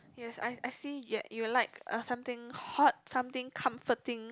yes I I see you you like uh something hot something comforting